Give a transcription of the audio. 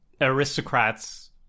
Aristocrats